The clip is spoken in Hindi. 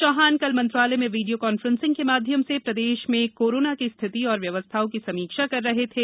श्री चौहान कल मंत्रालय में वीडियो कान्फ्रेंसिंग के माध्यम से प्रदेश में कोरोना की स्थिति एवं व्यवस्थाओं की समीक्षा कर रहे थे